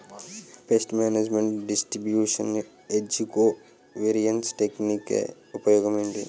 paste management distribution age covariance technique ఉపయోగం ఏంటి